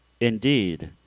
Indeed